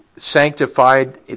sanctified